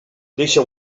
deixa